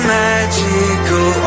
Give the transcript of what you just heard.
magical